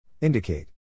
Indicate